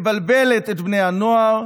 מבלבלת את בני הנוער,